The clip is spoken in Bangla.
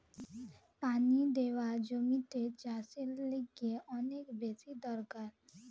পানি দেওয়া জমিতে চাষের লিগে অনেক বেশি দরকার